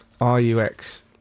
R-U-X